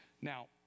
now